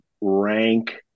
rank